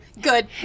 Good